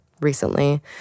recently